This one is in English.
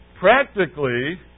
Practically